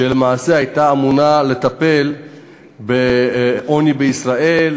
שלמעשה הייתה אמונה לטפל בעוני בישראל,